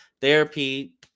therapy